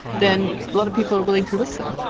then a lot of people are willing to listen.